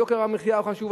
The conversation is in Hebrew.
יוקר המחיה הוא נושא חשוב,